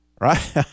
right